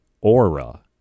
AURA